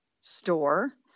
store